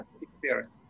experience